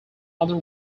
other